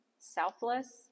selfless